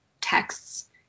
texts